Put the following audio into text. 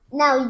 now